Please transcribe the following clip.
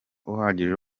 uhagije